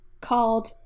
called